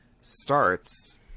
starts